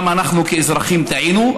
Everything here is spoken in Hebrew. גם אנחנו כאזרחים טעינו,